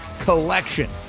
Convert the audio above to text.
collection